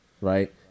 Right